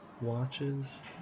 watches